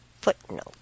footnote